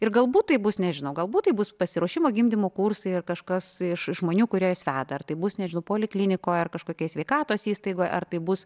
ir galbūt tai bus nežinau galbūt tai bus pasiruošimo gimdymui kursai ar kažkas iš žmonių kurie jus veda ar tai bus nežinau poliklinikoj ar kažkokioj sveikatos įstaigoj ar tai bus